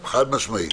חד-משמעית.